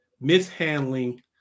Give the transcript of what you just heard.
mishandling